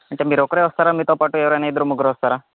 అంటే మీరొక్కరే వస్తారా మీతోపాటు ఎవరైనా ఇద్దరు ముగ్గురు వస్తారా